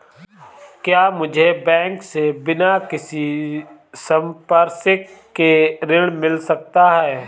क्या मुझे बैंक से बिना किसी संपार्श्विक के ऋण मिल सकता है?